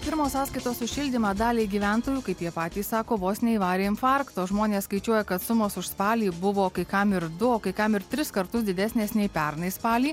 pirmos sąskaitos už šildymą daliai gyventojų kaip jie patys sako vos neįvarė infarkto žmonės skaičiuoja kad sumos už spalį buvo kai kam ir du o kai kam ir tris kartus didesnės nei pernai spalį